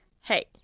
hey